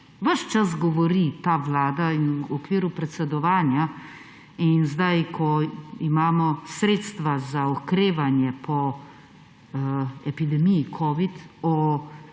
Ves čas govori ta vlada in v okviru predsedovanja in sedaj, ko imamo sredstva za okrevanje po epidemiji covid,